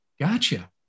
gotcha